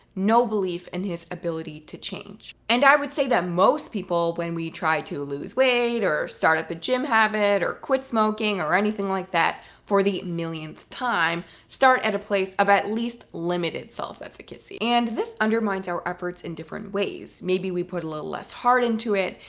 no belief in his ability to change. and i would say that most people, when we try to lose weight, or start up a gym habit, or quit smoking, or anything like that, for the millionth time, start at a place of at least limited self-efficacy. and this undermines our efforts in different ways. maybe we put a little less heart into it.